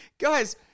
Guys